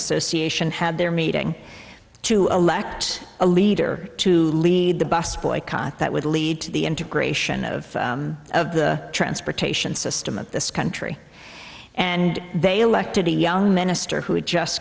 association had their meeting to elect a leader to lead the bus boycott that would lead to the integration of of the transportation system of this country and they elected a young minister who had just